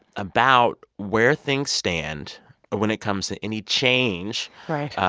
about where things stand when it comes to any change. right.